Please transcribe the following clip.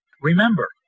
Remember